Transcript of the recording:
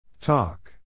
Talk